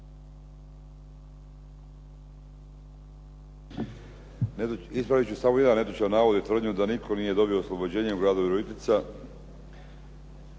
ispraviti ću samo jedan netočan navod i tvrdnju da nitko nije dobio oslobođenje u gradu Virovitica,